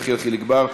יחיאל חיליק בר,